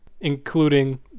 including